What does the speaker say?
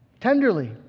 tenderly